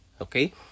Okay